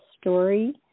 story